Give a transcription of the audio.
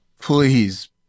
Please